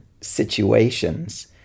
situations